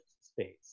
space